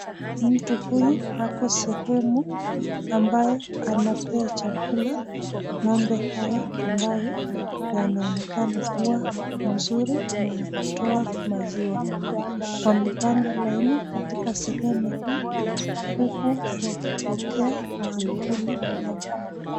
Mtu huyu ako sehemu ambayo anapee chakula ng'ombe hawa ambao wanaonekana kuwa mzuri ya kutoa maziwa. Wamepanga laini katika sehemu hii, huku wakipokea maankuli yao.